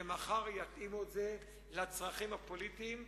שמחר יתאימו את זה לצרכים הפוליטיים,